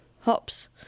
hops